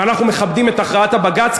ואנחנו מכבדים את הכרעת הבג"ץ,